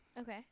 Okay